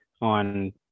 on